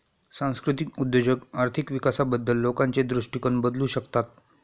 सांस्कृतिक उद्योजक आर्थिक विकासाबद्दल लोकांचे दृष्टिकोन बदलू शकतात